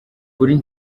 kuri